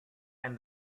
and